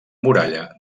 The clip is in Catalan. muralla